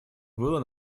было